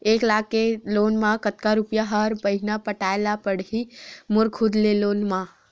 एक लाख के लोन मा कतका रुपिया हर महीना पटाय ला पढ़ही मोर खुद ले लोन मा?